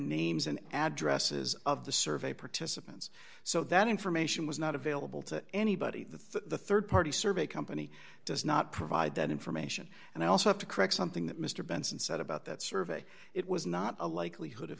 names and addresses of the survey participants so that information was not available to anybody the rd party survey company does not provide that information and i also have to correct something that mr benson said about that survey it was not a likelihood of